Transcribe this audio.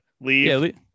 leave